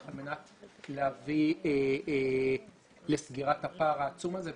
על מנת להביא לסגירת הפער העצום הזה.